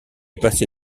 passé